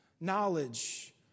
knowledge